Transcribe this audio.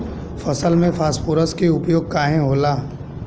फसल में फास्फोरस के उपयोग काहे होला?